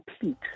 complete